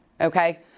okay